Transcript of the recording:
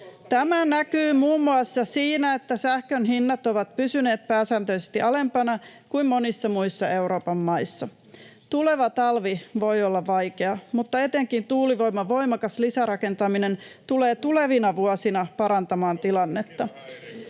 Tämä näkyy muun muassa siinä, että sähkönhinnat ovat pysyneet pääsääntöisesti alempana kuin monissa muissa Euroopan maissa. Tuleva talvi voi olla vaikea, mutta etenkin tuulivoiman voimakas lisärakentaminen tulee tulevina vuosina parantamaan tilannetta.